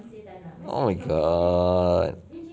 oh my god